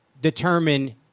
determine